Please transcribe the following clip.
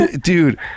Dude